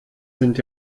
sind